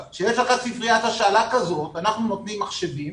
כשיש לך ספריית השאלה כזאת, אנחנו נותנים מחשבים